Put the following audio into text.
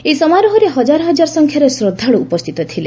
ଏହି ସମାରୋହରେ ହଜାର ହଜାର ସଂଖ୍ୟାରେ ଶ୍ରଦ୍ଧାଳୁ ଉପସ୍ଥିତ ଥିଲେ